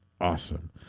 Awesome